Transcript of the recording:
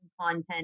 content